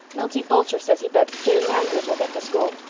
milty boulter says he bets jane andrews will get the school.